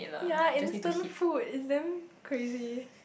ya instant food is damn crazy